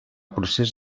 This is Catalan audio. procés